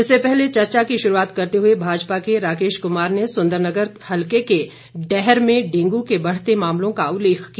इससे पहले चर्चा की शुरूआत करते हुए भाजपा के राकेश कुमार ने सुंदरनगर हल्के के डैहर में डेंगू के बढ़ते मामलों का उल्लेख किया